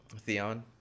Theon